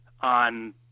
on